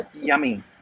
Yummy